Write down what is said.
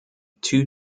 two